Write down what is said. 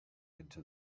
into